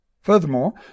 Furthermore